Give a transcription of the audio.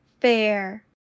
fair